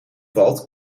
valt